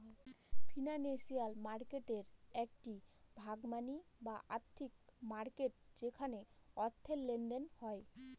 financial মার্কেটের একটি ভাগ মানি বা আর্থিক মার্কেট যেখানে অর্থের লেনদেন হয়